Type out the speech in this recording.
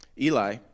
Eli